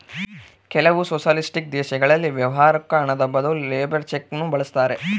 ಕೆಲವು ಸೊಷಲಿಸ್ಟಿಕ್ ದೇಶಗಳಲ್ಲಿ ವ್ಯವಹಾರುಕ್ಕ ಹಣದ ಬದಲು ಲೇಬರ್ ಚೆಕ್ ನ್ನು ಬಳಸ್ತಾರೆ